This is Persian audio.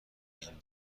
این